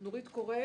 נורית קורן.